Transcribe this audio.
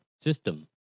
system